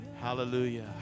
Hallelujah